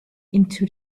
into